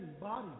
body